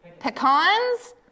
Pecans